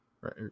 right